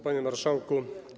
Panie Marszałku!